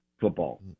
football